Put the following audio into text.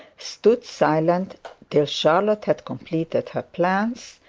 stood silent till charlotte had completed her plans,